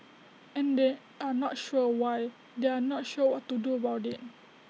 and they are not sure why they are not sure what to do about IT